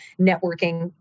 networking